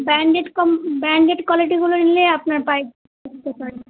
branded কম branded কোয়ালিটিগুলো নিলে আপনার পায়ে হতে পারে